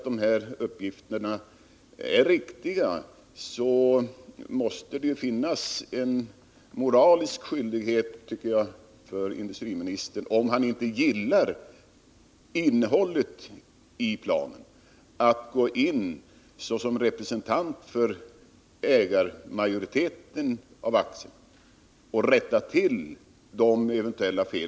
Är de här uppgifterna riktiga, tycker jag att det måste finnas en moralisk skyldighet för industriministern — om han inte gillar innehållet i planen — att såsom representant för majoriteten av aktieägare gå in och rätta till eventuella fel.